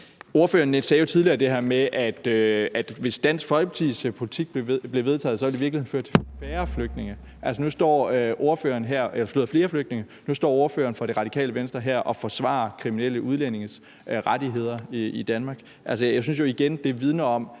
tidligere sagde det her med, at hvis Dansk Folkepartis politik bliver vedtaget, vil det i virkeligheden føre til flere flygtninge. Altså, nu står ordføreren for Radikale Venstre her og forsvarer kriminelle udlændinges rettigheder i Danmark. Jeg synes jo igen, at det vidner om,